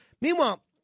Meanwhile